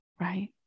right